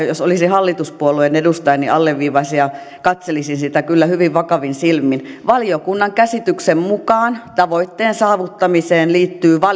jos olisin hallituspuolueen edustaja alleviivaisin ja katselisin sitä kyllä hyvin vakavin silmin valiokunnan käsityksen mukaan tavoitteen saavuttamiseen liittyy